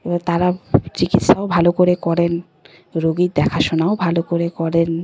এবার তারা চিকিৎসাও ভালো করে করেন রোগীর দেখাশোনাও ভালো করে করেন